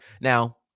Now